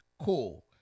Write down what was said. cool